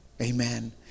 Amen